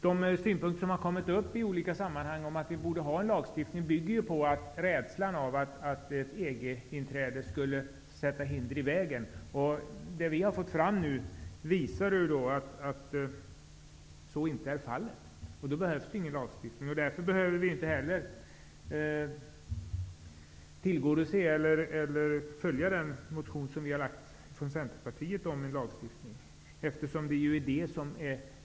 De synpunkter som har kommit upp i olika sammanhang, om att vi borde ha en lagstiftning, bygger på en rädsla för att EG-inträdet skall lägga hinder i vägen. Det vi nu har fått fram visar att så inte är fallet, och därför behövs ingen lagstiftning. Den motion om lagstiftning som Centerpartiet har väckt behöver inte heller tillgodoses.